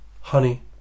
honey